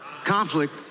conflict